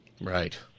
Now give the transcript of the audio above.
Right